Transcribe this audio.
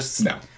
No